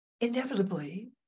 inevitably